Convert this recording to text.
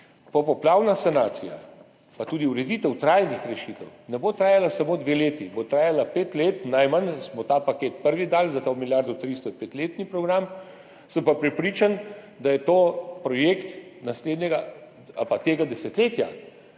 Popoplavna sanacija pa tudi ureditev trajnih rešitev ne bo trajala samo dve leti, bo trajala pet let, najmanj. Za ta prvi paket smo dali milijardo 300, petletni program. Sem pa prepričan, da je to projekt naslednjega ali pa tega desetletja,